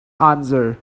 answered